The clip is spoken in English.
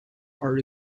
are